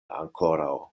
ankoraŭ